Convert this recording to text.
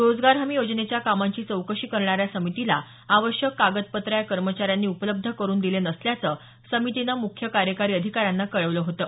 रोजगार हमी योजनेच्या कामांची चौकशी करणाऱ्या समितीला आवश्यक कागदपत्रं या कर्मचाऱ्यांनी उपलब्ध करुन दिले नसल्याचं समितीनं मुख्य कार्यकारी आधिकाऱ्यांना कळवलं होतं